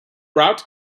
route